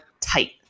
tight